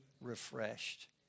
refreshed